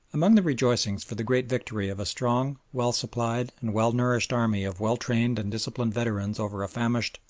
among the rejoicings for the great victory of a strong, well-supplied, and well-nourished army of well-trained and disciplined veterans over a famished,